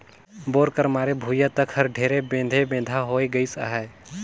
bore कर मारे भुईया तक हर ढेरे बेधे बेंधा होए गइस अहे